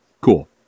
cool